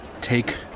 take